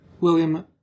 William